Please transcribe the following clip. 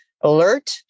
alert